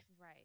right